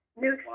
new